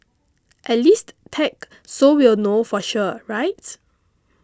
at least tag so we'll know for sure right